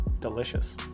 Delicious